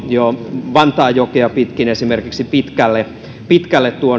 jo vantaanjokea pitkin esimerkiksi pitkälle pitkälle